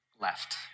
left